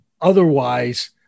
otherwise